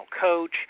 coach